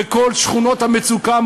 בכל שכונות המצוקה,